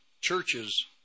churches